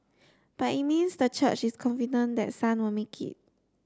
but it means the church is confident that Sun will make it